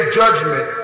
judgment